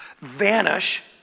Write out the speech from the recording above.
vanish